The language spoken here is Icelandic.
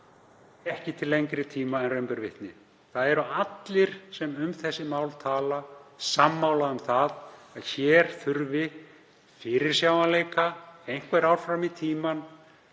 ekki til lengri tíma en raun ber vitni. Það eru allir sem um þessi mál tala sammála um að hér þurfi fyrirsjáanleika einhver ár fram í tímann.